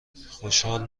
خوشحال